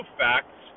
facts